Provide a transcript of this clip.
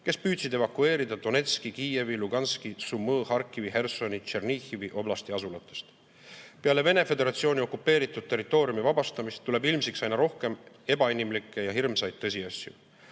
kes püüdsid evakueeruda Donetski, Kiievi, Luhanski, Sumõ, Harkivi, Hersoni, Tšernihivi oblasti asulatest. Peale Vene Föderatsiooni okupeeritud territooriumi vabastamist tuleb ilmsiks aina rohkem ebainimlikke ja hirmsaid tõsiasju.